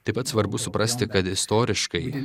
taip pat svarbu suprasti kad istoriškai